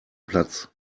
platz